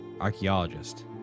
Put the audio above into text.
archaeologist